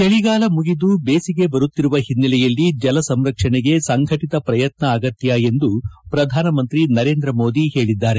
ಚಳಿಗಾಲ ಮುಗಿದು ಬೇಸಿಗೆ ಬರುತ್ತಿರುವ ಹಿನ್ನೆಲೆಯಲ್ಲಿ ಜಲಸಂರಕ್ಷಣೆಗೆ ಸಂಘಟಿತ ಪ್ರಯತ್ನ ಅಗತ್ಯ ಎಂದು ಪ್ರಧಾನಮಂತ್ರಿ ನರೇಂದ್ರ ಮೋದಿ ಹೇಳಿದ್ದಾರೆ